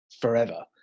forever